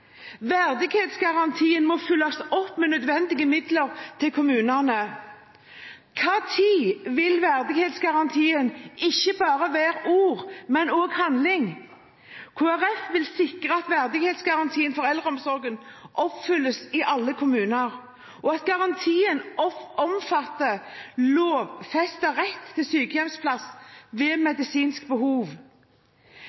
Verdighetsgarantien må fyllest opp med nødvendige midler til kommunene. Når vil verdighetsgarantien være ikke bare ord, men også handling? Kristelig Folkeparti vil sikre at verdighetsgarantien for eldreomsorgen oppfylles i alle kommuner, og at garantien omfatter lovfestet rett til sykehjemsplass ved